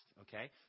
okay